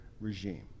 regime